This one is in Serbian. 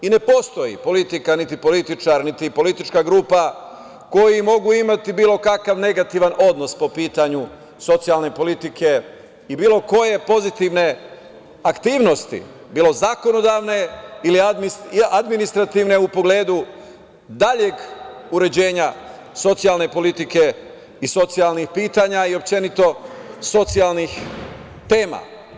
Ne postoji politika, niti političar, niti politička grupa koji mogu imati bilo kakav negativan odnos po pitanju socijalne politike i bilo koje pozitivne aktivnosti, bilo zakonodavne ili administrativne, u pogledu daljeg uređenja socijalne politike i socijalnih pitanja i, općenito, socijalnih tema.